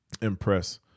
impress